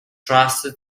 truest